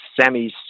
Sammy's